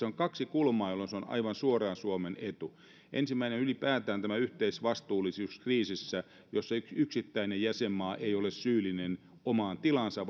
on kaksi kulmaa jolloin se on aivan suoraan suomen etu ensimmäinen on ylipäätään tämä yhteisvastuullisuus kriisissä jossa yksittäinen jäsenmaa ei ole syyllinen omaan tilaansa